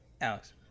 alex